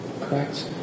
Correct